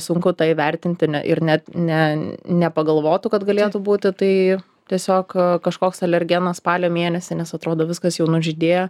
sunku tą įvertintinti ir ne net ne nepagalvotų kad galėtų būti tai tiesiog kažkoks alergenas spalio mėnesį nes atrodo viskas jau nužydėję